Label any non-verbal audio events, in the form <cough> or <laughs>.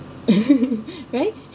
<laughs> right